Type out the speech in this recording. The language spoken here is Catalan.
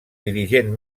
dirigent